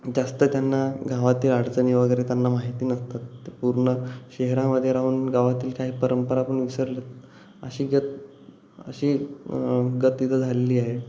जास्त त्यांना गावातील अडचणी वगैरे त्यांना माहिती नसतात ते पूर्ण शहरामध्ये राहून गावातील काही परंपरा पण विसरले आहेत अशी गत अशी गत तिथं झाली आहे